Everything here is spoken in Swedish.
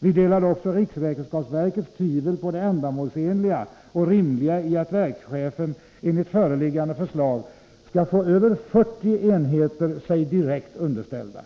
Vi delar också RRV:s tvivel rörande det ändamålsenliga och rimliga i att verkschefen enligt föreliggande förslag skulle få över 40 enheter sig direkt underställda.